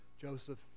Joseph